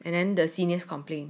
and then the seniors complain